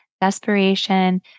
Desperation